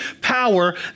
power